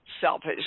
selfish